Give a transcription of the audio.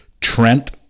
Trent